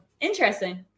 Interesting